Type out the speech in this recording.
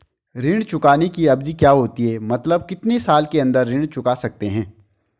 ऋण चुकाने की अवधि क्या होती है मतलब कितने साल के अंदर ऋण चुका सकते हैं?